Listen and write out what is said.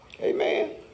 Amen